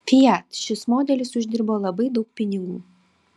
fiat šis modelis uždirbo labai daug pinigų